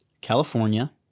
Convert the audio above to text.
California